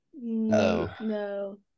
No